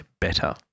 better